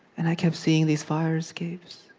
and i kept seeing these fire escapes.